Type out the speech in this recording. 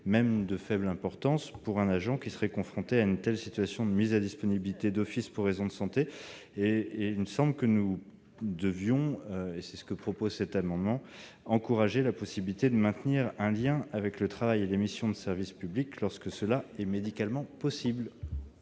même de faible importance, pour un agent qui serait confronté à une telle situation de mise en disponibilité d'office pour raisons de santé. Nous devons encourager la possibilité de maintenir un lien avec le travail et les missions de service public lorsque cela est médicalement possible.